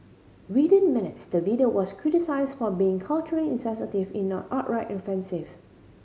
within minutes the video was criticised for being culturally insensitive if not outright offensive